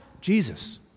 Jesus